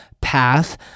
path